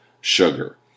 sugar